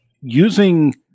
using